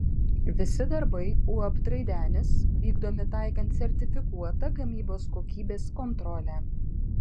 visi darbai uab traidenis vykdomi taikant sertifikuotą gamybos kokybės kontrolę